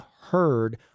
heard